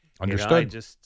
Understood